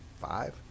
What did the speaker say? five